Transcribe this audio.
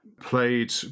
Played